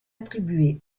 attribuées